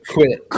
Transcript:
Quit